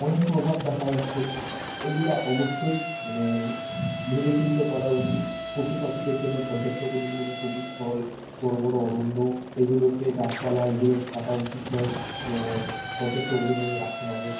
অনেক প্রভাব দেখা যাচ্ছে এগুলো অবশ্যই মানে ভেবে চিন্তে করা উচিত পশু পাখিদের জন্য পর্যাপ্ত পরিমাণে সবুজ স্থল বড় বড় অরণ্য এগুলোকে গাছপালা এগুলোকে কাটা উচিত নয় পর্যাপ্ত পরিমাণে রাখতে হবে